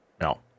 No